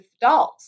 dolls